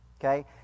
Okay